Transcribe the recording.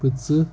پٕنژٕہ